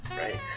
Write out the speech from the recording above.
Right